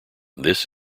this